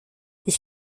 ich